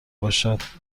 باشد